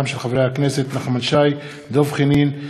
הכנסת נחמן שי, דב חנין,